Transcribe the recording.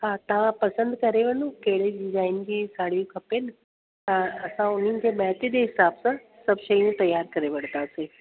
हा तव्हां पसंदि करे वञो कहिड़ी डिजाइन जी साड़ियूं खपनि त असां उन्हनि खे बैच जे हिसाब सां सभु शयूं तयार करे वठंदासीं